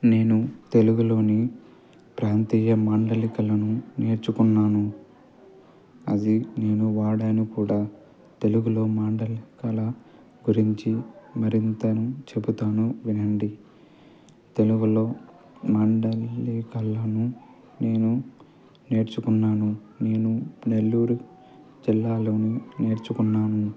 నేను తెలుగులోని ప్రాంతీయ మాండలికలను నేర్చుకున్నాను అది నేను వాడాను కూడా తెలుగులో మాండలికాల గురించి మరింతను చెబుతాను వినండి తెలుగులో మాండలికాలను నేను నేర్చుకున్నాను నేను నెల్లూరు జిల్లాలోని నేర్చుకున్నాను